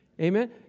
Amen